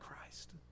Christ